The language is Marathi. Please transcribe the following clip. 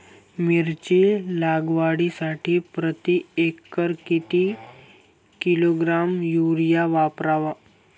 मिरची लागवडीसाठी प्रति एकर किती किलोग्रॅम युरिया वापरावा?